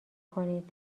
کنید